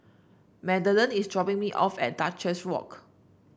Magdalen is dropping me off at Duchess Walk